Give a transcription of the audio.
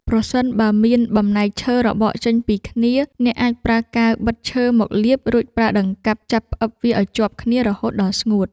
ប្រសិនបើមានបំណែកឈើរបកចេញពីគ្នា អ្នកអាចប្រើកាវបិទឈើមកលាប រួចប្រើដង្កាប់ចាប់ផ្អឹបវាឱ្យជាប់គ្នារហូតដល់ស្ងួត។